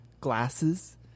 glasses